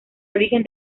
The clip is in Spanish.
origen